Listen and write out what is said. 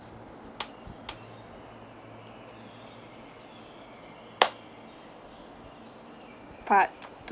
part